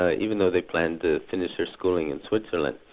ah even though they planned to finish their schooling in switzerland.